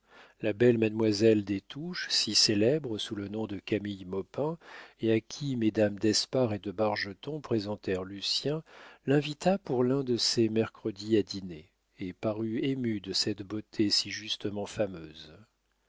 la belle mademoiselle des touches si célèbre sous le nom de camille maupin et à qui mesdames d'espard et de bargeton présentèrent lucien l'invita pour l'un de ses mercredis à dîner et parut émue de cette beauté si justement fameuse